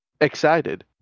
excited